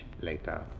Later